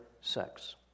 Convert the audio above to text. sex